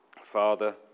Father